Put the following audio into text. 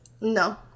No